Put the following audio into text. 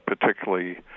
particularly